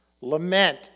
Lament